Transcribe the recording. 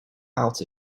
out